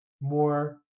more